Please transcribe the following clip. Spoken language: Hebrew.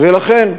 ולכן,